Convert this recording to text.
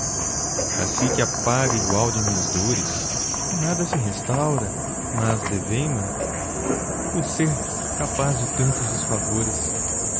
assi que a paga igual de minhas dores com nada se restaura mas deveis ma por ser capaz de tantos disfavores